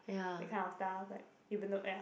that kind of stuff like even though ya